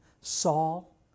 Saul